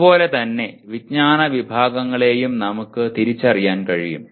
അതുപോലെ തന്നെ വിജ്ഞാന വിഭാഗങ്ങളെയും നമുക്ക് തിരിച്ചറിയാൻ കഴിയും